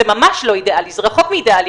זה ממש לא אידאלי, זה רחוק מאידאלי.